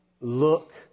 look